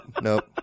nope